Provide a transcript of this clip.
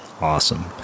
Awesome